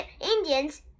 Indians